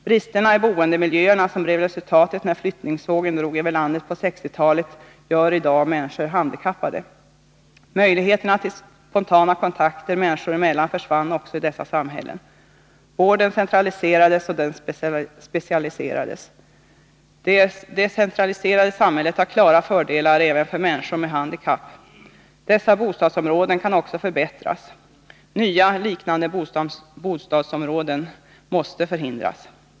Bristerna i boendemiljöerna som blev resultatet när flyttningsvågen drog över landet på 1960-talet gör i dag människor handikappade. Möjligheterna till spontana kontakter människor emellan försvann också i dessa samhällen. Vården centraliserades och specialiserades. Det decentraliserade samhället har klara fördelar även för människor med handikapp. De bostadsområden som det gäller kan också förbättras. Tillkomsten av nya liknande bostadsområden måste förhindras.